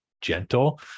gentle